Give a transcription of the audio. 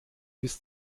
bis